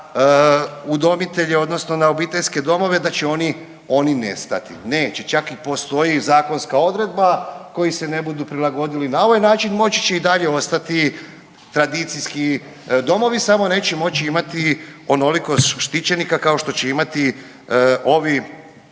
udomitelje, odnosno na obiteljske domove da će oni nestati. Neće, čak i postoji zakonska odredba koji se ne budu prilagodili na ovaj način moći će i dalje ostati tradicijski domovi samo neće moći imati onoliko štićenika kao što će imati ovi